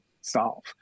solve